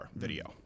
video